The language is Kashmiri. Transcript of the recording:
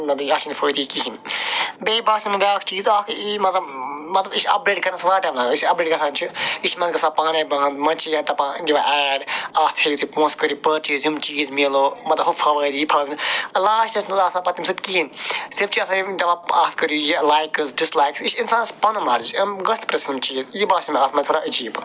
مطلب یَتھ چھِنہٕ فٲیدٕ یہِ کِہیٖنۍ بیٚیہِ باسیو مےٚ بیٛاکھ چیٖز اَکھ یی مطلب مطلب یہِ چھِ اَپڈیٹ کرنَس واریاہ ٹایَم لاگان یُس یہِ اپڈیٹ گژھان چھِ یہِ چھِ منٛزٕ گژھان پانَے بنٛد منٛز چھِ یہِ دپان ایڈ اَتھ ہیٚیِو تُہۍ پونٛسہٕ کٔرِو پٔرچیز یِم چیٖز میلو مطلب ہُہ فوٲیِد یہِ فوٲیِد لاسٹَس نہٕ آسان پتہٕ تَمہِ سۭتۍ کِہینۍ صرف چھِ آسان یِم دپان اَتھ کٔرِو یہِ لایکٕس ڈِسلایکٕس یہِ چھِ اِنسانَس پَنُن قٕسٕم چیٖز یہِ باسیو مےٚ اَتھ منٛز تھوڑا عجیٖب